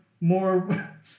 more